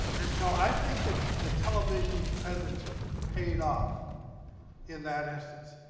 and so i think that the television presence paid off in that instance.